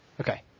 Okay